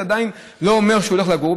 זה עדיין לא אומר שהוא הולך לגור.